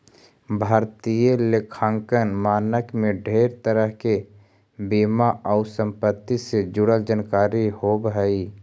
भारतीय लेखांकन मानक में ढेर तरह के बीमा आउ संपत्ति से जुड़ल जानकारी होब हई